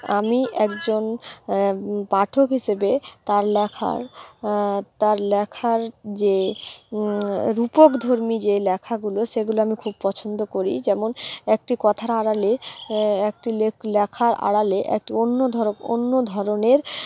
আমি একজন পাঠক হিসেবে তার লেখার তার লেখার যে রূপকধর্মী যে লেখাগুলো সেগুলো আমি খুব পছন্দ করি যেমন একটি কথার আড়ালে একটি লে লেখার আড়ালে একটি অন্য ধর অন্য ধরনের